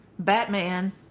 Batman